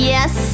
Yes